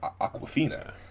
Aquafina